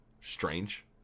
strange